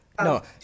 No